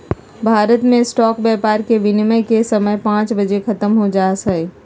भारत मे स्टॉक व्यापार के विनियम के समय पांच बजे ख़त्म हो जा हय